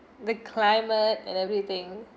the climate and everything